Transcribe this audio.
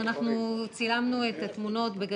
פה את כל המכתבים של --- אנחנו צילמנו את התמונות בגדול,